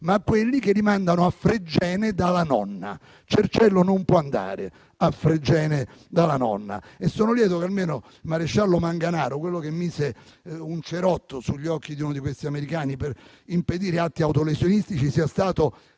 ma anche coloro che li mandano a Fregene dalla nonna. Cerciello non può andare a Fregene dalla nonna. Sono lieto che almeno il maresciallo Manganaro, che mise un cerotto sugli occhi di uno di questi americani per impedire atti autolesionistici, sia stato